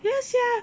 ya sia